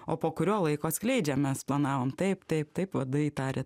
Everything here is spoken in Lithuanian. o po kurio laiko atskleidžia mes planavom taip taip taip vadai tarė